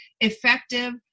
effective